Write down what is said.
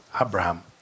Abraham